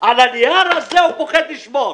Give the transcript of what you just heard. הנייר הזה הוא פוחד לשמור.